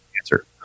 answer